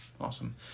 Awesome